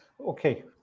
Okay